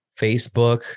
Facebook